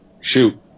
shoot